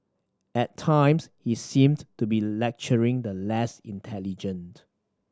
at times he seemed to be lecturing the less intelligent